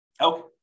Okay